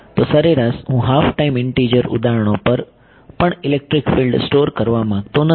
તે સરેરાશ હું હાફ ટાઇમ ઇન્ટીજર ઉદાહરણો પર પણ ઇલેક્ટ્રિક ફિલ્ડ્સ સ્ટોર કરવા માંગતો નથી